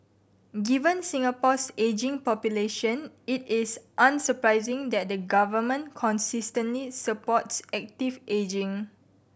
given Singapore's ageing population it is unsurprising that the government consistently supports active ageing